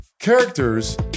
characters